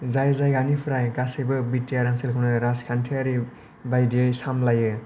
जाय जायगानिफ्राय गासैबो बि टि आर ओनसोलखौनो राजखान्थिआरि बायदियै सामलायो